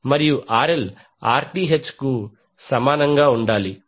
మరియు RL Rth కు సమానంగా ఉండాలి